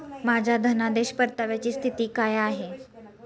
माझ्या धनादेश परताव्याची स्थिती काय आहे?